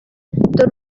dore